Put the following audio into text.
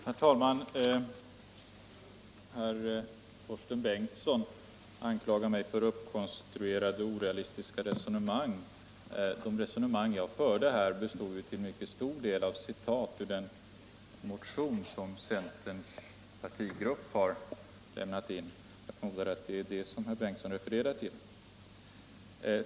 Herr talman! Herr Torsten Bengtson anklagar mig för uppkonstruerade och orealistiska resonemang, men de resonemang jag förde här består ju till mycket stor del av citat ur den motion som centerns partigrupp har lämnat in. Jag förmodar att det är de resonemangen som herr Bengtson refererar till.